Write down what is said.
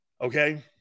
Okay